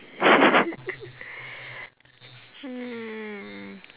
hmm